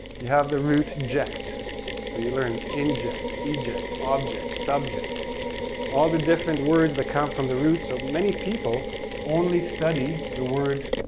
you have the root ject so you learn inject, eject, object, subject all the different words that come from the root, so many people only study the word,